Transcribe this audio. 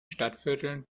stadtvierteln